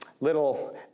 little